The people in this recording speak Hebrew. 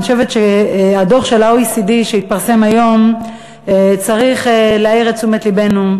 אני חושבת שהדוח של ה-OECD שהתפרסם היום צריך להעיר את תשומת לבנו,